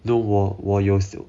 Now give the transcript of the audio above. no 我我有时候